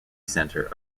center